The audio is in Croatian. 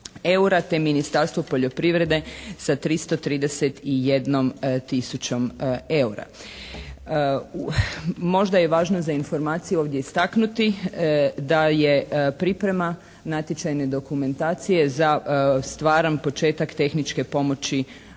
te Ministarstvo poljoprivrede sa 331 tisućom eura. Možda je važno za informaciju ovdje istaknuti da je priprema natječajne dokumentacije za stvaran početak tehničke pomoći